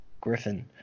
Griffin